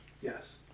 Yes